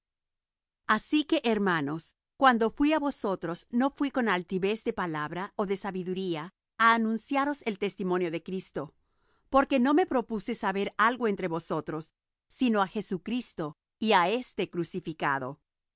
asi que hermanos cuando fuí á vosotros no fuí con altivez de palabra ó de sabiduría á anunciaros el testimonio de cristo porque no me propuse saber algo entre vosotros sino á jesucristo y á éste crucificado